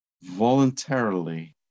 Voluntarily